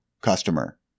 customer